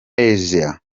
assia